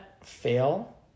fail